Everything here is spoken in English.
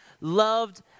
loved